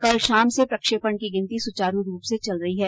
कल शाम से प्रक्षेपण की गिनती सुचारू रूप से चल रही है